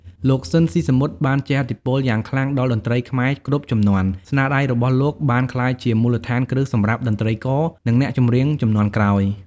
លោក ស៊ីន ស៊ីសាមុត បានជះឥទ្ធិពលយ៉ាងខ្លាំងដល់តន្ត្រីខ្មែរគ្រប់ជំនាន់ ស្នាដៃរបស់លោកបានក្លាយជាមូលដ្ឋានគ្រឹះសម្រាប់តន្ត្រីករ និងអ្នកចម្រៀងជំនាន់ក្រោយ។